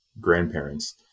grandparents